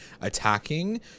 attacking